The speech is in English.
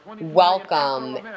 welcome